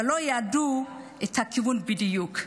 ולא ידעו את הכיוון בדיוק.